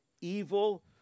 evil